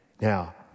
Now